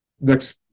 next